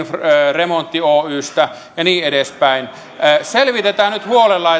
remontti oystä ja niin edespäin selvitetään nyt huolella